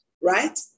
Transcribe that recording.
right